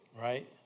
Right